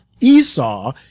Esau